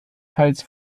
teils